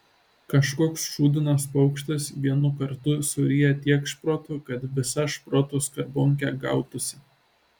kažkoks šūdinas paukštis vienu kartu suryja tiek šprotų kad visa šprotų skarbonkė gautųsi